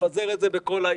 לפזר את זה בכל העיר,